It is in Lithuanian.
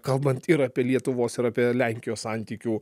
kalbant ir apie lietuvos ir apie lenkijos santykių